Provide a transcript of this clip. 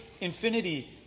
infinity